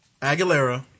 Aguilera